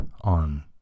on